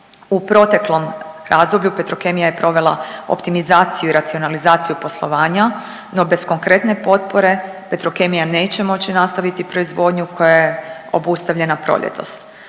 U proteklom razdoblju, Petrokemija je provela optimizaciju i racionalizaciju poslovanja, no bez konkretne potpore, Petrokemija neće moći nastaviti proizvodnju koja je obustavljena proljetos.